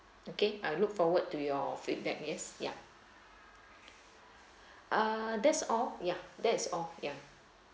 okay I look forward to your feedback yes yeah uh that's all ya that is all ya